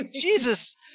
Jesus